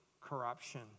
Corruption